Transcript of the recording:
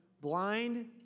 blind